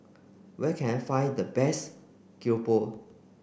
where can I find the best Keropok